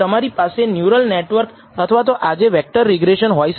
તમારી પાસે neural network અથવા તો આજે વેક્ટર રિગ્રેસન હોઈ શકે